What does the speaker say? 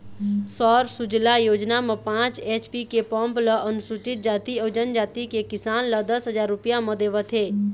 सौर सूजला योजना म पाँच एच.पी के पंप ल अनुसूचित जाति अउ जनजाति के किसान ल दस हजार रूपिया म देवत हे